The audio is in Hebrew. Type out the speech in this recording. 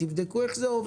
תבדקו איך זה עובד.